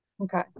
okay